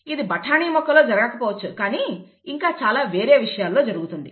ఇది బఠానీ మొక్క లో జరగకపోవచ్చు కానీ ఇంకా చాలా వేరే విషయాలలో జరుగుతుంది